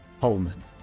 Holman